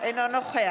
אינו נוכח